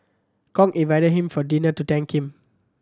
Kong invited him for dinner to thank him